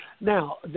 Now